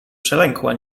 przelękła